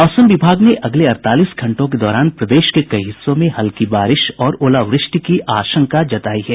मौसम विभाग ने अगले अड़तालीस घंटों के दौरान प्रदेश के कई हिस्सों में हल्की बारिश और ओलावृष्टि की आशंका जतायी है